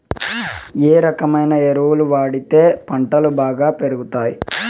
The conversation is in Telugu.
ఏ రకమైన ఎరువులు వాడితే పంటలు బాగా పెరుగుతాయి?